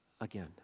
again